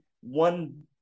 one